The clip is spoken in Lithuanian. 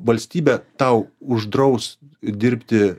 valstybė tau uždraus dirbti